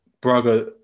Braga